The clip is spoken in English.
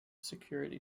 security